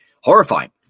horrifying